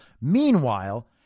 Meanwhile